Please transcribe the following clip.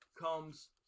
comes